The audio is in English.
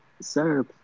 Sir